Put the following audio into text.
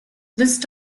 list